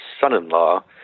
son-in-law